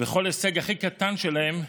וכל הישג הכי קטן שלהם,